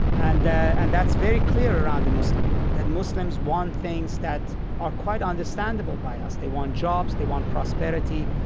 and and that's very clear around the muslim world that muslims want things that are quite understandable by us. they want jobs, they want prosperity,